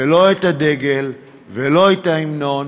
ולא את הדגל ולא את ההמנון.